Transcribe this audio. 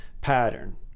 pattern